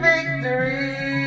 Victory